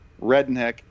Redneck